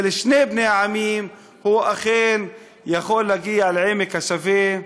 של בני שני העמים, הוא אכן יכול להגיע לעמק השווה,